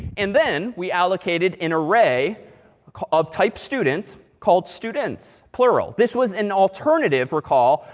and then, we allocated an array of type student, called students, plural. this was an alternative, recall,